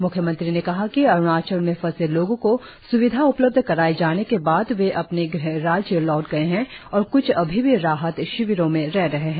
म्ख्यमंत्री ने कहा कि अरुणाचल में फंसे लोगों को स्विधा उपलब्ध कराए जाने के बाद वे अपने गृह राज्य लौट गए हैं और क्छ अभी भी राहत शिविरों में रह रहे है